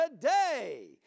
today